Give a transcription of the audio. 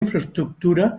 infraestructura